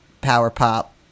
power-pop